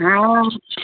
हँ